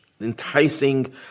enticing